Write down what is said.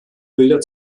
bilder